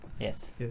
yes